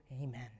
Amen